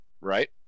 Right